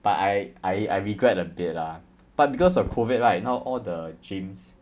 but I I I regret a bit lah but because of COVID right now all the gyms